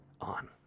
on